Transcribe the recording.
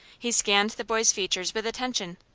he scanned the boy's features with attention.